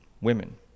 women